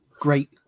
great